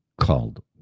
called